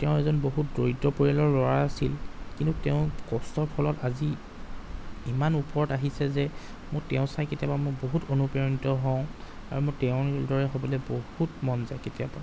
তেওঁ এজন বহুত দৰিদ্ৰ পৰিয়ালৰ ল'ৰা আছিল কিন্তু তেওঁ কষ্টৰ ফলত আজি ইমান ওপৰত আহিছে যে মোৰ তেওঁক চাই কেতিয়াবা মোৰ বহুত অনুপ্ৰাণিত হওঁ আৰু মোৰ তেওঁৰ দৰে হ'বলৈ বহুত মন যায় কেতিয়াবা